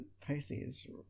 pisces